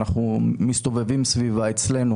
אנחנו מסתובבים סביבה אצלנו.